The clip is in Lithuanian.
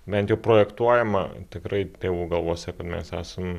bent jau projektuojama tikrai tėvų galvose mes esam